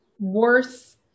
worth